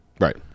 Right